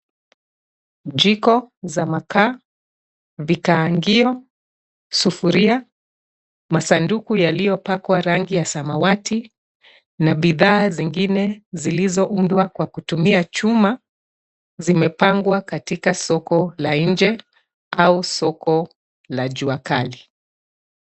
Jiko za makaa, vikaangio, sufuria, masanduku yaliyopakwa rangi ya samawati na bidhaa zingine zilizoundwa kwa kutumia chuma zimepangwa katika soko la nje au soko la juakali.